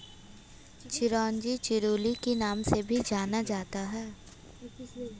चिरोंजी चिरोली के नाम से भी जाना जाता है